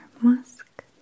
musk